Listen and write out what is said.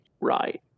Right